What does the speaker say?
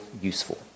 useful